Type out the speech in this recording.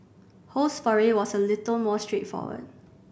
Ho's foray was a little more straightforward